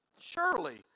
surely